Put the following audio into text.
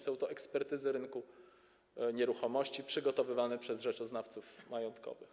Są to ekspertyzy rynku nieruchomości przygotowywane przez rzeczoznawców majątkowych.